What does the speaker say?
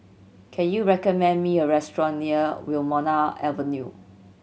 can you recommend me a restaurant near Wilmonar Avenue